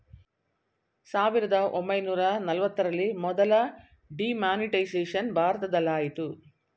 ಸಾವಿರದ ಒಂಬೈನೂರ ನಲವತ್ತರಲ್ಲಿ ಮೊದಲ ಡಿಮಾನಿಟೈಸೇಷನ್ ಭಾರತದಲಾಯಿತು